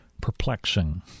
perplexing